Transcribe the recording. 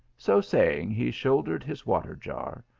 so saying he shouldered his water jar,